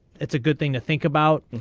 it's a good thing to think about.